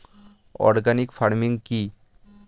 Organic farming কি?